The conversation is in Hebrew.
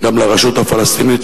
גם לרשות הפלסטינית,